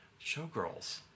Showgirls